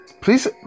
Please